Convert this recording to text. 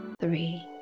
three